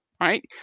right